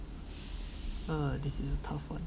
uh this is a tough one